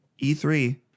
e3